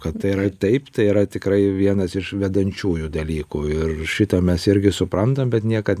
kad tai yra taip tai yra tikrai vienas iš vedančiųjų dalykų ir šitą mes irgi suprantam bet niekad